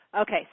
Okay